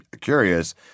curious